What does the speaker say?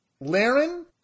Laren